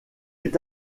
est